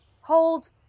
Hold